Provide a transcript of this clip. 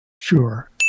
Sure